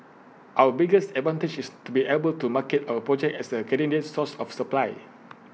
our biggest advantage is to be able to market our project as A Canadian source of supply